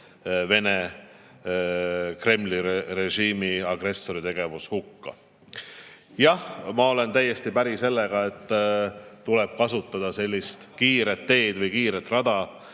Kremli režiimi, agressori tegevus hukka. Jah, ma olen täiesti päri sellega, et tuleb kasutada sellist kiiret teed või kiiret rada,